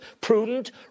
prudent